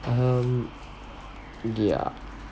um yeah